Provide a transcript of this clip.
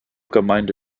gemeinde